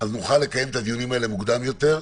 אז נוכל לקיים את הדיונים האלה מוקדם יותר.